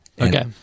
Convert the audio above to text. Okay